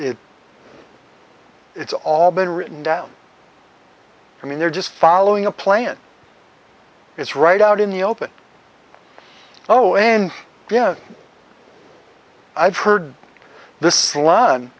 it it's all been written down i mean they're just following a plan it's right out in the open oh and yeah i've heard th